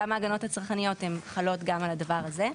גם ההגנות הצרכניות הן חלות גם על הדבר הזה.